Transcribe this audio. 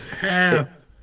half